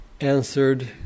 answered